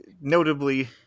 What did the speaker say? notably